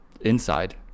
Inside